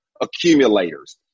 accumulators